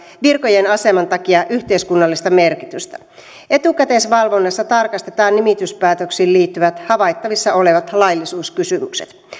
virkojen aseman takia yhteiskunnallista merkitystä etukäteisvalvonnassa tarkastetaan nimityspäätöksiin liittyvät havaittavissa olevat laillisuuskysymykset